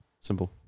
Simple